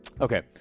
Okay